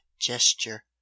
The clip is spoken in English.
gesture